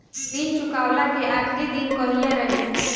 ऋण चुकव्ला के आखिरी दिन कहिया रही?